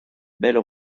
belle